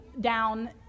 down